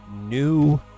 new